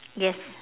yes